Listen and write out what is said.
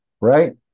right